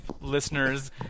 listeners